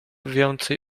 więcej